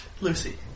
Lucy